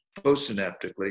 postsynaptically